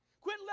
Quit